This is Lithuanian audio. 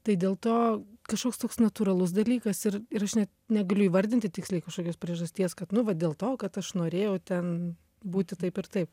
tai dėl to kažkoks toks natūralus dalykas ir ir aš net negaliu įvardinti tiksliai kažkokios priežasties kad nu va dėl to kad aš norėjau ten būti taip ir taip